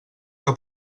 que